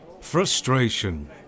Frustration